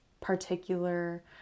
particular